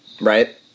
Right